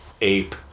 ape